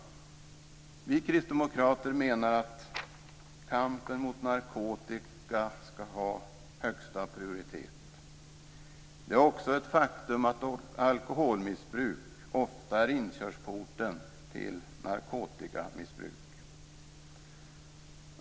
Vi kristdemokrater menar att kampen mot narkotika skall ha högsta prioritet. Det är också ett faktum att alkoholmissbruk ofta är inkörsporten till narkotikamissbruk.